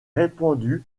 répandu